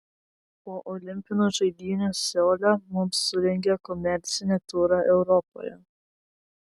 po olimpinių žaidynių seule mums surengė komercinį turą europoje